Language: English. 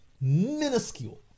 minuscule